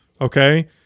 Okay